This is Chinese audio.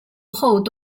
后端